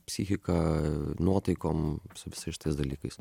psichika nuotaikom su visais šitais dalykais